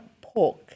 pork